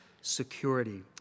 security